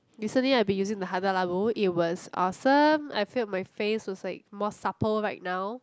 recently I have been using the Hazalago it was awesome I feel my face was like more supple right now